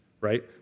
right